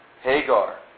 Hagar